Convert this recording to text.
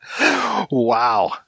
Wow